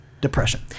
depression